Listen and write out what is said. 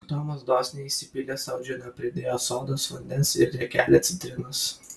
tomas dosniai įsipylė sau džino pridėjo sodos vandens ir riekelę citrinos